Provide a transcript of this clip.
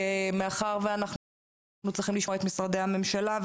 מאחר ואנחנו צריכים לשמוע את משרדי הממשלה,